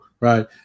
right